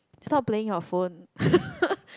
stop playing your phone